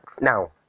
now